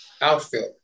Outfield